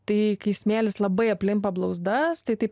tai kai smėlis labai aplimpa blauzdas tai taip